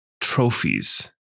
trophies